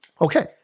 Okay